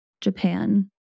Japan